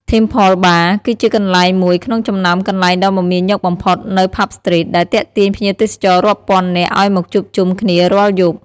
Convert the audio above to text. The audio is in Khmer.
Temple Bar គឺជាកន្លែងមួយក្នុងចំណោមកន្លែងដ៏មមាញឹកបំផុតនៅ ផាប់ ស្ទ្រីត ដែលទាក់ទាញភ្ញៀវទេសចររាប់ពាន់នាក់ឲ្យមកជួបជុំគ្នារាល់យប់។